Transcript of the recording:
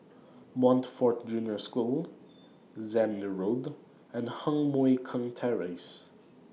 Montfort Junior School Zehnder Road and Heng Mui Keng Terrace